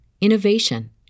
innovation